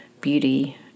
beauty